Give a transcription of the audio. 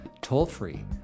Toll-free